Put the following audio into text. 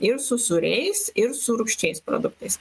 ir su sūriais ir su rūgščiais produktais